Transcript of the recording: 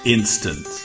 Instant